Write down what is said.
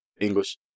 English